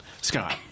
Scott